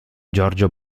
giorgio